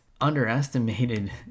Underestimated